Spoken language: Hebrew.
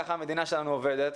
כך המדינה שלנו עובדת,